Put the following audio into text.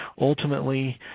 ultimately